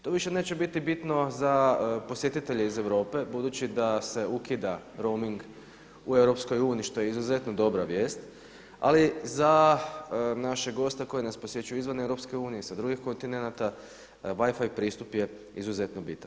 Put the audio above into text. Tu više neće biti bitno za posjetitelje iz Europe budući se ukida rooming u EU što je izuzetno dobra vijest, ali za našeg gosta koji nas posjećuje izvan EU i sa drugih kontinenata WiFi pristup je izuzetno bitan.